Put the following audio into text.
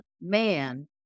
man